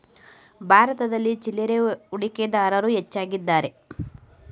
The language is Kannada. ಭಾರತದಲ್ಲಿ ಚಿಲ್ಲರೆ ಹೂಡಿಕೆದಾರರು ಹೆಚ್ಚಾಗಿದ್ದಾರೆ